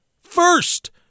first